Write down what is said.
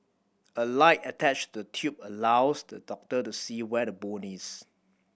a light attached the tube allows the doctor to see where the bone is